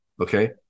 Okay